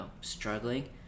struggling